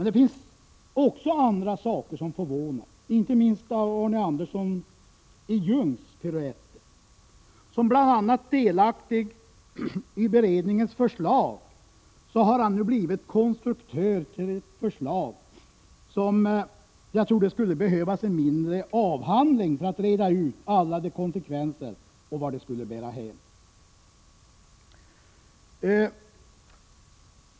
Det finns också andra saker som förvånar — inte minst Arne Anderssons i Ljung piruetter. Som bl.a. delaktig i beredningens förslag har han nu blivit konstruktör till ett förslag, om vilket det kan sägas att det skulle behövas en mindre avhandling för att reda ut alla dess konsekvenser och vart det skulle bära hän.